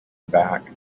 back